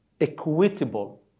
equitable